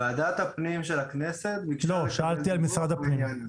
ועדת הפנים של הכנסת ביקשה לקבל דיווח בעניין הזה.